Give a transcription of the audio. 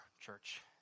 church